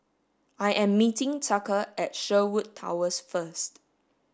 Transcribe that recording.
I am meeting Tucker at Sherwood Towers first